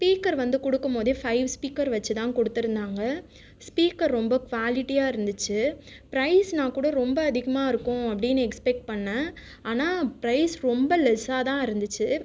speaker வந்து கொடுக்கும் போதே ஃபைவ் ஸ்பீக்கர் வச்சுத்தான் கொடுத்துருந்தாங்க ஸ்பீக்கர் ரொம்ப குவாலிட்டியாக இருந்துச்சு ப்ரைஸ்ன்னா கூட ரொம்ப அதிகமாயிருக்கும் அப்படினு எக்ஸ்பெக்ட் பண்ண ஆனால் ப்ரைஸ் ரொம்ப லெஸ்சாதான் இருந்துச்சு